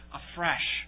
afresh